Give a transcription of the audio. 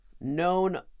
known